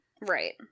Right